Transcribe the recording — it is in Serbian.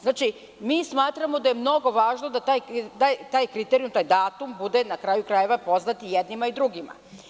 Znači, mi smatramo da je mnogo važno da taj kriterijum, taj datum bude, na kraju krajeva, poznat i jednima drugima.